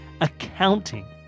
accounting